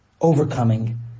overcoming